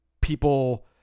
people